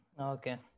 Okay